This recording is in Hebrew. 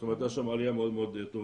זאת אומרת הייתה שם עלייה מאוד מאוד טובה.